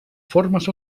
formes